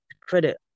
Credit